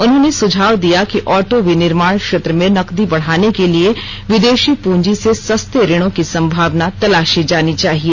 उन्होंने सुझाव दिया कि ऑटो विनिर्माण क्षेत्र में नकदी बढ़ाने के लिए विदेशी पूंजी से सस्ते ऋणों की सम्भावना तलाशी जानी चाहिए